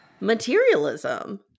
materialism